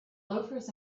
loafers